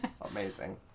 Amazing